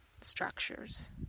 structures